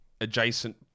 adjacent